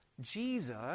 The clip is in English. Jesus